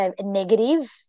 negative